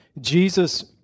Jesus